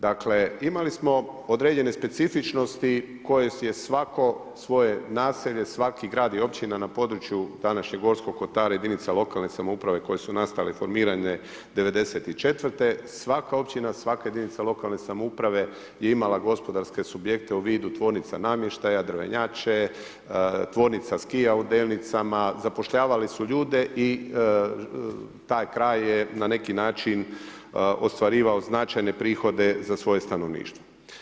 Dakle imali smo određene specifičnosti koje je svatko svoje naselje, svaki grad i općina na području današnjeg Gorskog kotara i jedinica lokalne samouprave koje su nastale informirane '94. svaka općina, svaka jedinica lokalne samouprave je imala gospodarske subjekte u vidu tvornica namještaja, drvenjače, tvornica skija u Delnicama, zapošljavali su ljude i taj kraj je na neki način ostvarivao značajne prihode za svoje stanovništvo.